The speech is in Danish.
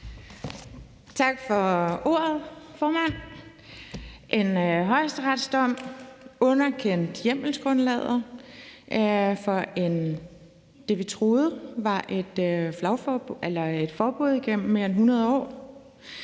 Tak for ordet, formand. En højesteretsdom har underkendt hjemmelsgrundlaget for det, vi troede var et forbud gennem mere end 100 år,